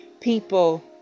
people